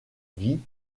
vie